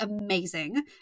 amazing